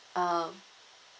uh